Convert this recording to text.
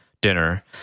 dinner